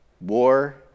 war